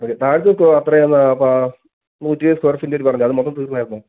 okay താഴത്ത് അത്രയും ഒന്ന് പാ നൂറ്റി ഇരുപത് സ്ക്വേയർ ഫീറ്റ് ആണ് അവർ പറയുന്നത് അത് മൊത്തം തീർത്തായിരുന്നോ